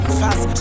fast